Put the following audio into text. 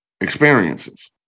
experiences